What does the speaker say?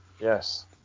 Yes